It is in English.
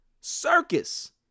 circus